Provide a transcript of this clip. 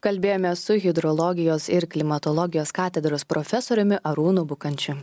kalbėjomės su hidrologijos ir klimatologijos katedros profesoriumi arūnu bukančiu